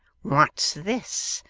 what's this!